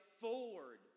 forward